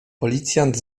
policjant